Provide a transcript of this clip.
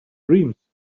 dreams